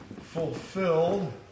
fulfilled